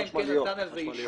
אלא אם כן ניתן על זה אישור.